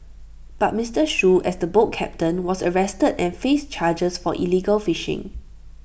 but Mister Shoo as the boat captain was arrested and faced charges for illegal fishing